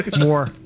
More